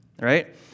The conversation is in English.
right